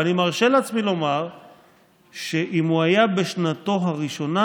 ואני מרשה לעצמי לומר שאם הוא היה בשנתו הראשונה,